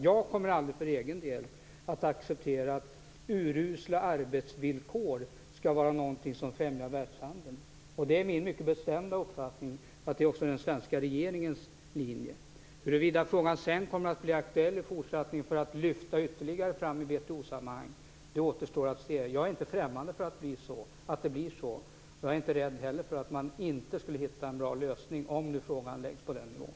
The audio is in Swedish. Jag kommer aldrig för egen del att acceptera att urusla arbetsvillkor skulle främja världshandeln. Det är min mycket bestämda uppfattning att det också är den svenska regeringens linje. Huruvida det sedan i fortsättningen kommer att bli aktuellt att lyfta fram frågan i WTO-sammanhang återstår att se. Jag är inte främmande för det, och jag är heller inte rädd för att man inte skulle hitta en bra lösning om nu frågan läggs på den nivån.